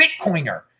Bitcoiner